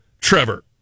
Trevor